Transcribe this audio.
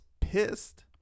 pissed